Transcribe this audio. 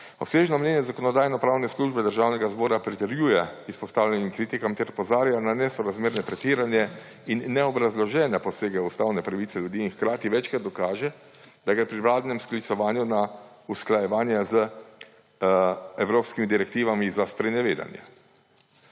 Obsežno mnenje Zakonodajno-pravne službe Državnega zbora pritrjuje izpostavljenim kritikam ter opozarja na nesorazmerne, pretirane in neobrazložene posege v ustavne pravice ljudi in hkrati večkrat dokaže, da gre pri vladnem sklicevanju na usklajevanje z evropskimi direktivami za sprenevedanje.